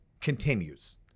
continues